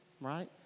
Right